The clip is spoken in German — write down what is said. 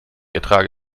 ertrage